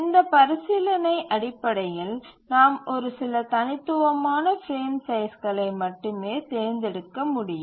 இந்த பரிசீலனை அடிப்படையில் நாம் ஒரு சில தனித்துவமான பிரேம் சைஸ்களை மட்டுமே தேர்ந்தெடுக்க முடியும்